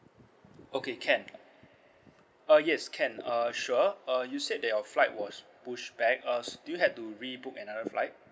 okay can uh yes can uh sure uh you said that your flight was pushed back uh do you had to rebook another flight